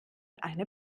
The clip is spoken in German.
eine